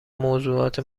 موضوعات